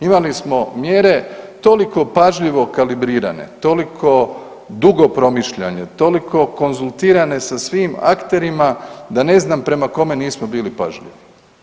Imali smo mjere toliko pažljivo kalibrirane, toliko dugo promišljanje, toliko konzultirane sa svim akterima da ne znam prema kome nismo bili pažljivi.